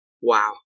Wow